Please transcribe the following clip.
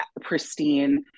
pristine